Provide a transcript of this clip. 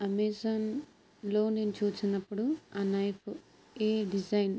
అమెజాన్లో నేను చూసినప్పుడు ఆ నైఫ్ ఏ డిజైన్